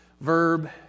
verb